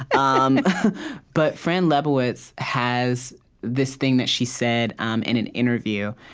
um but fran lebowitz has this thing that she said um in an interview,